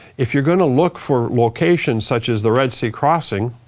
if you're gonna look for locations such as the red sea crossing,